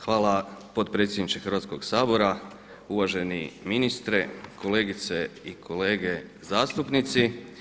Hvala potpredsjedniče Hrvatskog sabora, uvaženi ministre, kolegice i kolege zastupnici.